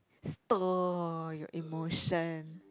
stir your emotion